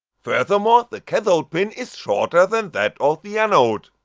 furthermore, the cathode pin is shorter than that of the anode.